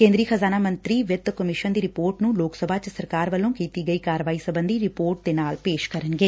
ਕੇ'ਦਰੀ ਖਜ਼ਾਨਾ ਮੰਤਰੀ ਵਿੱਤ ਕਮਿਸ਼ਨ ਦੀ ਰਿਪੋਰਟ ਨੂੰ ਲੋਕ ਸਭਾ ਚ ਸਰਕਾਰ ਵੱਲੋ ਕੀਤੀ ਕਾਰਵਾਈ ਸਬੰਧੀ ਰਿਪੋਰਟ ਦੇ ਨਾਲ ਪੇਸ਼ ਕਰਨਗੇ